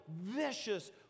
vicious